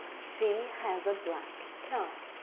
she has a black car.